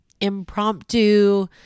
impromptu